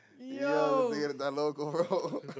Yo